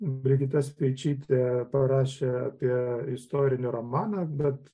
brigita speičytė parašė apie istorinį romaną bet